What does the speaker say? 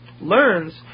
learns